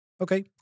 Okay